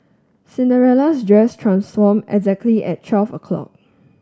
Cinderella's dress transformed exactly at twelve o' clock